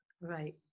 Right